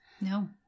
No